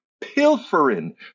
pilfering